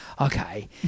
Okay